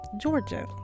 Georgia